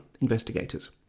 investigators